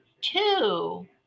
two